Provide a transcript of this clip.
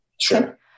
Sure